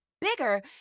bigger